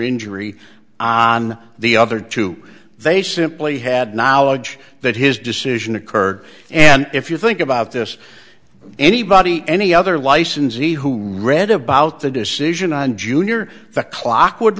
injury on the other two they simply had knowledge that his decision occurred and if you think about this anybody any other licensee who read about the decision on jr the clock would